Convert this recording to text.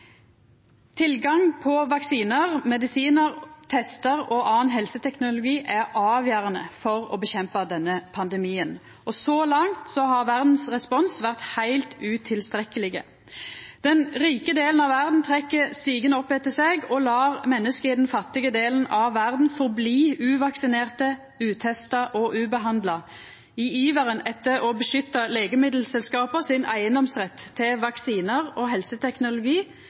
Tilgang på vaksinar, medisinar, testar og annan helseteknologi er avgjerande for å kjempa mot denne pandemien. Så langt har responsen frå verda vore heilt utilstrekkeleg. Den rike delen av verda trekkjer stigen opp etter seg og lèt menneske i den fattige delen av verda bli verande uvaksinerte, utesta og ubehandla, i iveren etter å beskytta eigedomsretten legemiddelselskapa har til vaksinar og helseteknologi,